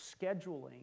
scheduling